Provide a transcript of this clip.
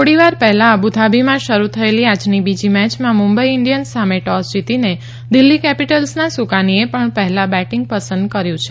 થોડીવાર પહેલા અબુધાબીમાં શરૂ થયેલી આજની બીજી મેચમાં મુંબઇ ઇન્ડીયન્સ સામે ટોસ જીતીને દિલ્હી કેપીટલ્સના સુકાનીએ પણ પહેલા બેટીંગ પસંદ કર્યુ છે